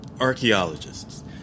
Archaeologists